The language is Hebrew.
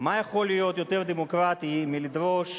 מה יכול להיות יותר דמוקרטי מלדרוש